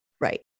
Right